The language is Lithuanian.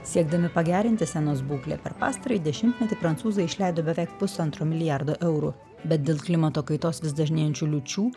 siekdami pagerinti senos būklę per pastarąjį dešimtmetį prancūzai išleido beveik pusantro milijardo eurų bet dėl klimato kaitos vis dažnėjančių liūčių